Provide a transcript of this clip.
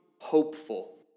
hopeful